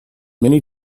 many